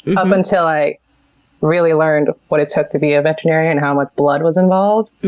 um until i really learned what it took to be a veterinarian, how much blood was involved.